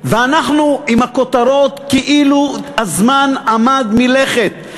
ואנחנו עם הכותרות כאילו הזמן עמד מלכת.